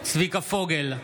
צביקה פוגל,